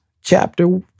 chapter